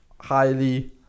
highly